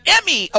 Emmy